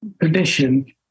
tradition